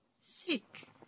Sick